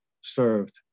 served